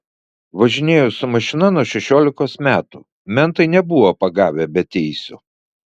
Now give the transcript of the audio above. važinėju su mašina nuo šešiolikos metų mentai nebuvo pagavę be teisių